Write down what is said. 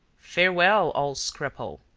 farewell, all scruple!